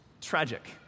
tragic